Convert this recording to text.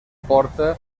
porta